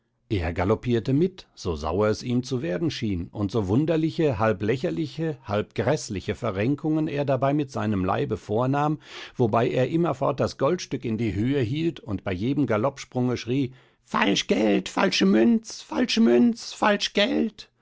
er galoppierte mit so sauer es ihm zu werden schien und so wunderliche halb lächerliche halb gräßliche verrenkungen er dabei mit seinem leibe vornahm wobei er immerfort das goldstück in die höhe hielt und bei jedem galoppsprunge schrie falsch geld falsche münz falsche münz falsch geld